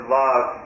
love